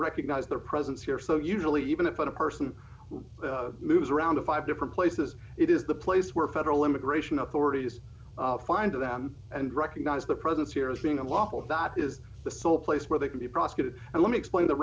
recognize their presence here so usually even if a person moves around to five different places it is the place where federal immigration authorities find them and recognize the presence here as being unlawful that is the sole place where they can be prosecuted and let me explain the